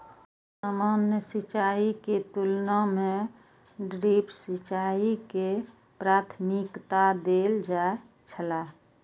सामान्य सिंचाई के तुलना में ड्रिप सिंचाई के प्राथमिकता देल जाय छला